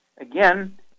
again